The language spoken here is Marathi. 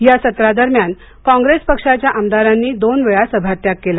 या सत्रादरम्यान कॉंग्रेस पक्षाच्या आमदारांनी दोन वेळा सभात्याग केला